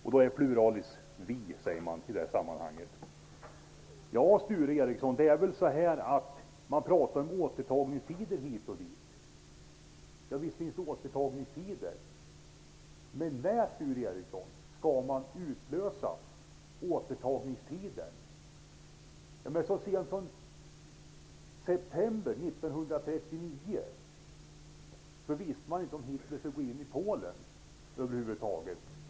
I det här fallet är det pluralis, dvs. vi. Det talas om återtagningstider hit och dit. Ja, visst finns det återtagningstider. Men, Sture Ericsson, när skall man utlösa återtagningstiden? Så sent som i september 1939 visste man över huvud taget inte om Hitler skulle gå in i Polen.